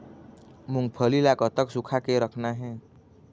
मूंगफली ला कतक सूखा के रखना हे?